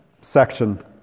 section